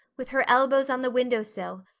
with her elbows on the window sill,